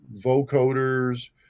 vocoders